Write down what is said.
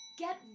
Get